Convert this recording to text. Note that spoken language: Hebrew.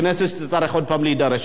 הכנסת תצטרך עוד הפעם להידרש.